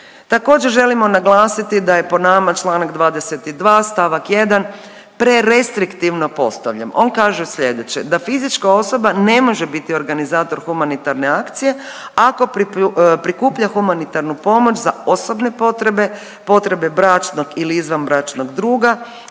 Također želimo naglasiti da je po nama čl. 22. st. 1. prerestriktivno postavljen. On kaže sljedeće, da fizička osoba ne može biti organizator humanitarne akcije ako prikuplja humanitarnu pomoć za osobne potrebe, potrebe bračnog ili izvanbračnog druga,